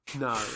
No